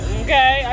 okay